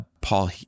Paul